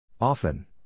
Often